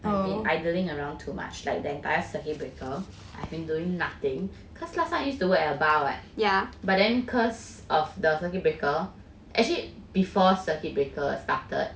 I've been idling around too much like the entire circuit breaker I've been doing nothing cause last time I used to work at a bar [what] ya but then cause of the circuit breaker actually before circuit breaker started